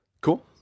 cool